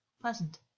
pleasant